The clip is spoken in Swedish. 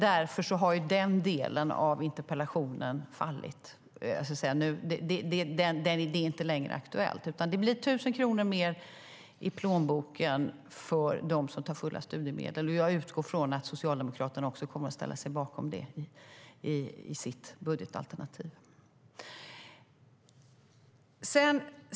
Därför har den delen av interpellationen fallit. Den är alltså inte längre aktuell, utan det blir 1 000 kronor mer i plånboken för dem som tar fulla studiemedel. Jag utgår från att Socialdemokraterna också kommer att ställa sig bakom det i sitt budgetalternativ.